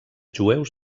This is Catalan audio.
jueus